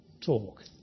talk